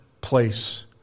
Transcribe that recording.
place